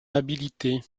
habileté